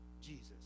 Jesus